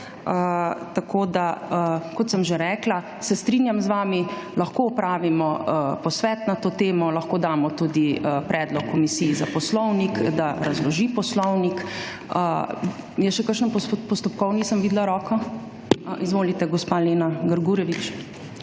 Tako, da kot sem že rekla, se strinjam z vami. Lahko opravimo posvet na to temo, lahko damo tudi predlog Komisiji za poslovnik, da razloži poslovnik. Je še kakšen postopkovni? Sem videla roko. Izvolite, gospa Lena Grgurevič.